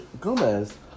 Gomez